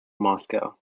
moscow